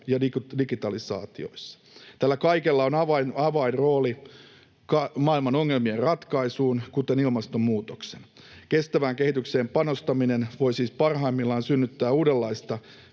ja digitalisaatiossa. Tällä kaikella on avainrooli maailman ongelmien, kuten ilmastonmuutoksen, ratkaisuun. Kestävään kehitykseen panostaminen voi siis parhaimmillaan synnyttää uudenlaista